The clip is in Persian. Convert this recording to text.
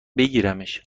بگیرمش